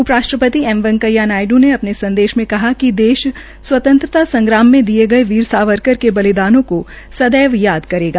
उप राष्ट्रपति एम वैकेंया नायड् ने अपने संदेश में कहा कि देश स्वतंत्रता संग्राम में दिए गये वीर सावरकर के बलिदानों को सदैव याद करेगा